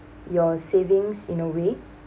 your savings in a way